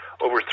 over